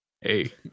Hey